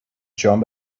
jump